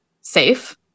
safe